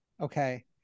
okay